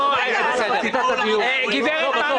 גברת מני,